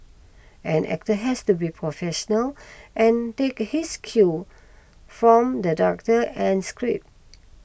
an actor has to be professional and take his cue from the director and script